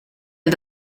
del